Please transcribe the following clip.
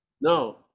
No